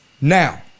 Now